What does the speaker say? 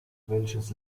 welches